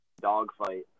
dogfight